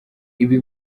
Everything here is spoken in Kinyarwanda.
ibi